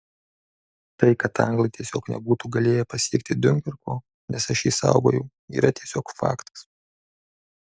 tai kad anglai tiesiog nebūtų galėję pasiekti diunkerko nes aš jį saugojau yra tiesiog faktas